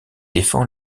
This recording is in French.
défend